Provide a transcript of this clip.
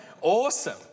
Awesome